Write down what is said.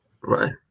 Right